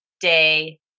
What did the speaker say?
day